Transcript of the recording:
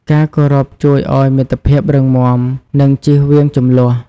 ការគោរពជួយឲ្យមិត្តភាពរឹងមាំ និងជៀសវាងជម្លោះ។